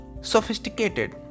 sophisticated